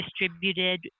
distributed